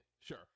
Sure